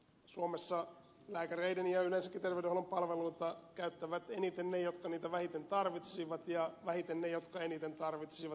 suomessa lääkäreiden ja yleensäkin terveydenhuollon palveluita käyttävät eniten ne jotka niitä vähiten tarvitsisivat ja vähiten ne jotka eniten tarvitsisivat